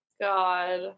God